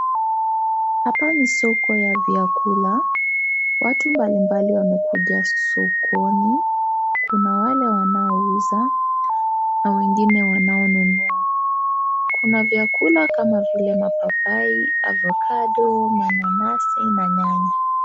Hapa ni soko ya vyakula, watu mbali mbali wamekuja sokoni, kuna wale wanao uza na wengine wanaonunua, kuna vyakula kama vile mapapai, avocado, mananasi, na nyanya.